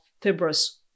fibrous